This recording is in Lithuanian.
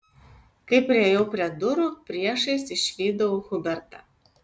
kai priėjau prie durų priešais išvydau hubertą